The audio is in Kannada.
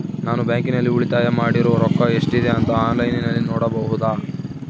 ನಾನು ಬ್ಯಾಂಕಿನಲ್ಲಿ ಉಳಿತಾಯ ಮಾಡಿರೋ ರೊಕ್ಕ ಎಷ್ಟಿದೆ ಅಂತಾ ಆನ್ಲೈನಿನಲ್ಲಿ ನೋಡಬಹುದಾ?